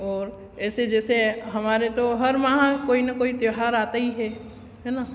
ऐसे जैसे हमारे तो हर माह कोई ना कोई त्यौहार आता ही है है ना